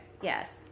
Yes